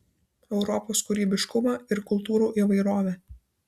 europos kūrybiškumą ir kultūrų įvairovę